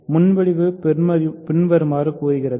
முன்மொழிவு பின்வருமாறு கூறுகிறது